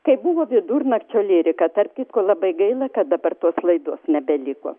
kai buvo vidurnakčio lyrika tarp kitko labai gaila kad dabar tos laidos nebeliko